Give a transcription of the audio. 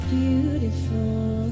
beautiful